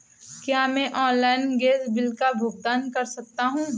क्या मैं online gas bill का भुगतान कर सकता हूँ?